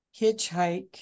hitchhike